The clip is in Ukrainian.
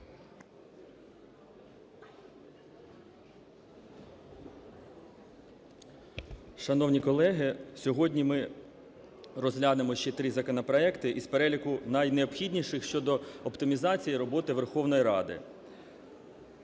Шановні колеги, сьогодні ми розглянемо ще три законопроекти із переліку найнеобхідніших щодо оптимізації роботи Верховної Ради.